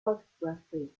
cartography